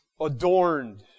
adorned